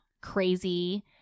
crazy